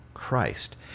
Christ